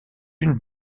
une